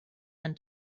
and